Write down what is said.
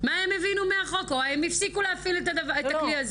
מה הם הבינו מהחוק או האם הפסיקו להפעיל את הדבר הזה.